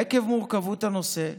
עקב מורכבות הנושא,